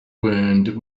wound